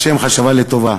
וה' חשבה לטובה.